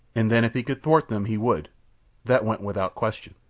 and then if he could thwart them he would that went without question.